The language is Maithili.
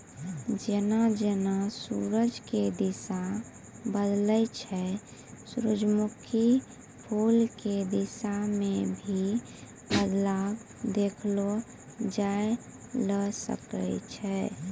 जेना जेना सूरज के दिशा बदलै छै सूरजमुखी फूल के दिशा मॅ भी बदलाव देखलो जाय ल सकै छै